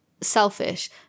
selfish